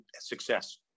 success